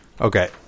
Okay